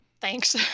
thanks